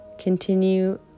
Continue